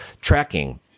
tracking